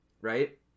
right